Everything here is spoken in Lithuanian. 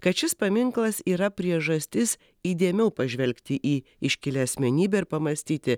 kad šis paminklas yra priežastis įdėmiau pažvelgti į iškilią asmenybę ir pamąstyti